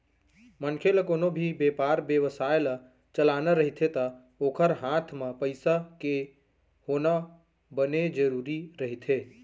मनखे ल कोनो भी बेपार बेवसाय ल चलाना रहिथे ता ओखर हात म पइसा के होना बने जरुरी रहिथे